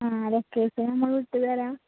ആ ലൊക്കേഷന് നമ്മള് ഇട്ടുതരാം